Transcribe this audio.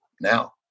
now